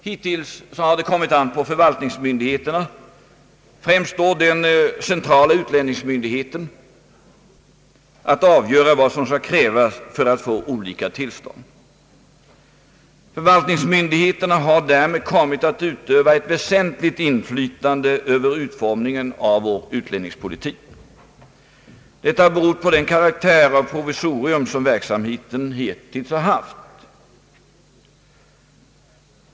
Hittills har det kommit an på förvaltningsmyndigheterna — främst då den centrala utlänningsmyndigheten — att avgöra vad som skall krävas för att få olika tillstånd. Förvaltningsmyndigheterna har därmed kommit att utöva ett väsentligt inflytande över utformningen av vår utlänningspolitik. Detta beror på den karaktär av provisorium som verksamheten hittills har haft.